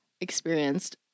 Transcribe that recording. experienced